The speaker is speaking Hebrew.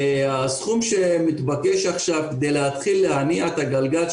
הסכום שמתבקש עכשיו כדי להתחיל להניע את הגלגל,